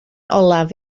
olaf